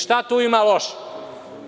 Šta tu ima loše?